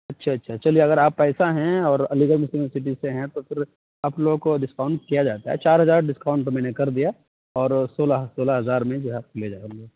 اچھا اچھا چلیے اگر آپ ایسا ہیں اور علی گرھ مسلم یونیورسٹی سے ہیں تو پھر آپ لوگوں کو ڈسکاؤنٹ کیا جاتا ہے چار ہزار ڈسکاؤنٹ تو میں نے کر دیا اور سولہ سولہ ہزار میں جو ہے آپ لے جائیں ہم لوگ